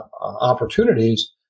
opportunities